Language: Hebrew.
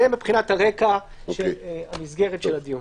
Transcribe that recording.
זה מבחינת מסגרת הדיון.